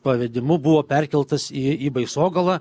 pavedimu buvo perkeltas į į baisogalą